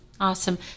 awesome